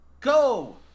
Go